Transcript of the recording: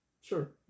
sure